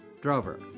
Drover